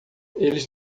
eles